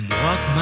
walk